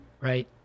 Right